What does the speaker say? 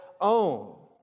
own